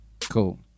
Cool